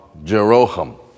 Jeroham